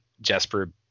Jesper